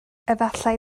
efallai